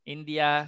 India